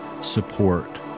support